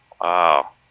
Wow